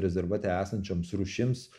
rezervate esančioms rūšims